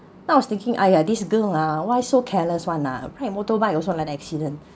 then I was thinking !aiya! this girl ah why so careless [one] ah ride motorbike also like that accident